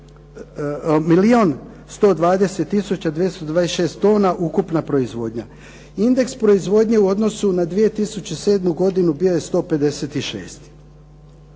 226 tona ukupna proizvodnja. Indeks proizvodnje u odnosu na 2007. godinu bio je 156. Ja